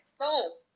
No